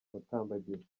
mutambagiro